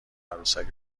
عروسک